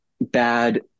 bad